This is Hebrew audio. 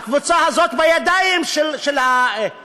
הקבוצה הזאת היא בידיים של הממלכה.